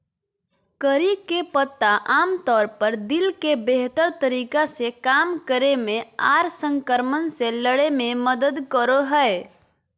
करी के पत्ता आमतौर पर दिल के बेहतर तरीका से काम करे मे आर संक्रमण से लड़े मे मदद करो हय